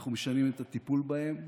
אנחנו משנים את הטיפול בהם,